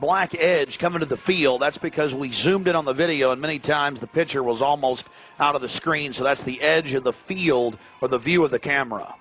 black edge come into the field that's because we soon get on the video and many times the pitcher was almost out of the screen so that's the edge of the field or the view of the camera